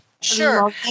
Sure